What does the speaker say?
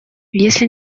если